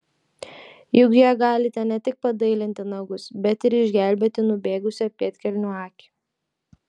juk ja galite ne tik padailinti nagus bet ir išgelbėti nubėgusią pėdkelnių akį